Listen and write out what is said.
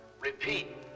Repeat